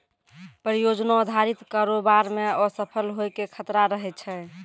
परियोजना अधारित कारोबार मे असफल होय के खतरा रहै छै